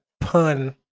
pun